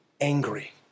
angry